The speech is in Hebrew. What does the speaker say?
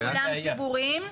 כולם ציבוריים?